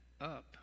up